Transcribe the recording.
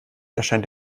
erscheint